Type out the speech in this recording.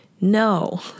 no